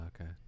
okay